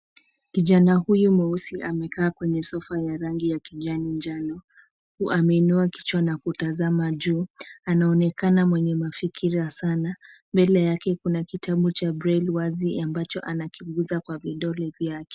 Kijana huyu mweusi amekaa kwenye sofa ya rangi ya kijani njano, huku ameinuwa kichwa na kutazama juu. Anaonekana mwenye mafikira sana. Mbele yake kuna kitabu cha braille wazi ambacho anakigusa kwa vidole vyake.